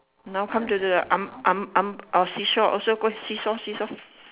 now come to the I'm I'm I'm or see-saw also got see-saw see-saw